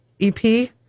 EP